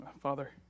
Father